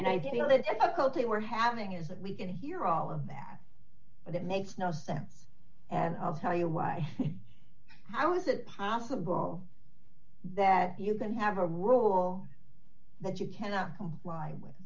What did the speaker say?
that i thought they were having is that we can hear all of that but it makes no sense and i'll tell you why how is it possible that you can have a rule that you cannot comply with